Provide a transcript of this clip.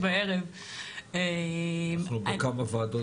אנחנו יודעים